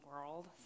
world